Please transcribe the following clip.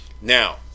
now